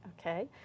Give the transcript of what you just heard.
okay